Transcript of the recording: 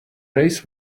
race